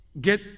get